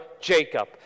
Jacob